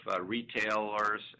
retailers